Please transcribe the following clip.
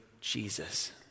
Jesus